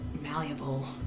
malleable